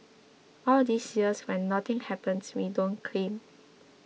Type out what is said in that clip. all these years when nothing happens we don't claim